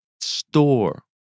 store